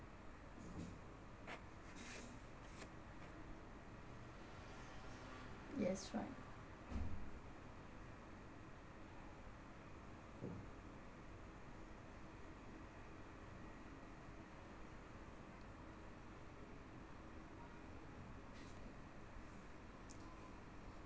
yes right